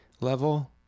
level